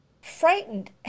Frightened